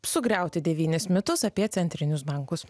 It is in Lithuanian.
sugriauti devynis mitus apie centrinius bankus